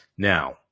Now